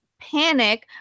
panic